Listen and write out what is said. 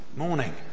morning